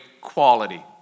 quality